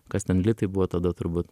kas ten litai buvo tada turbūt